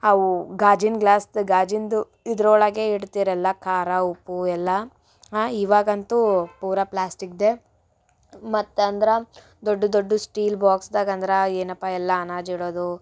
ಅವು ಗಾಜಿನ ಗ್ಲಾಸ್ದು ಗಾಜಿಂದು ಇದರೊಳಗೆ ಇಡ್ತೀರಲ್ಲ ಖಾರ ಉಪ್ಪು ಎಲ್ಲ ಹಾಂ ಇವಾಗಂತೂ ಪೂರ ಪ್ಲಾಸ್ಟಿಕ್ದೇ ಮತ್ತಂದ್ರೆ ದೊಡ್ಡ ದೊಡ್ಡ ಸ್ಟೀಲ್ ಬಾಕ್ಸ್ದಾಗಂದ್ರೆ ಏನಪ್ಪ ಎಲ್ಲ ಅನಾಜಿಡೋದು